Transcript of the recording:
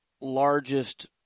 largest